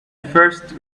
first